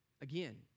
Again